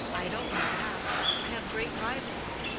i don't know that. i have great rivals.